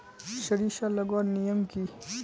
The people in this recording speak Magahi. सरिसा लगवार नियम की?